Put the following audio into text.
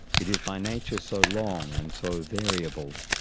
it is by nature so long and so variable.